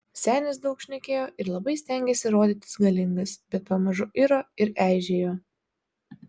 senis daug šnekėjo ir labai stengėsi rodytis galingas bet pamažu iro ir eižėjo